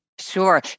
Sure